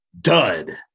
dud